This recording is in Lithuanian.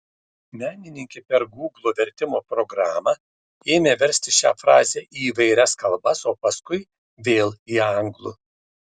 menininkė per gūglo vertimo programą ėmė versti šią frazę į įvairias kalbas o paskui vėl į anglų